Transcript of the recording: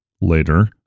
later